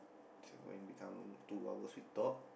this one become two hours we talk